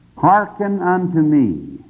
hearken unto me,